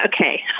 okay